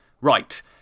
Right